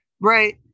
Right